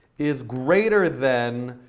is greater than